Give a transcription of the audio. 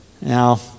Now